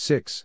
Six